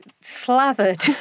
slathered